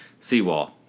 Seawall